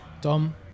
Dom